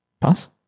Pass